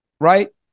right